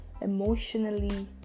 emotionally